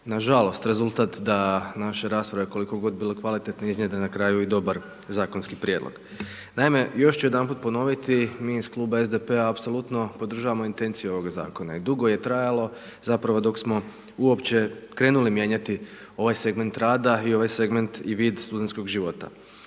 na žalost rezultat da naše rasprave koliko god budu kvalitetne iznjedre na kraju i dobar zakonski prijedlog. Naime još ću jedanput ponoviti. Mi iz Kluba SDP-a apsolutno podržavamo intenciju ovoga zakona. I dugo je trajalo zapravo dok smo uopće krenuli mijenjati ovaj segment rada i ovaj segment i vid studentskog života.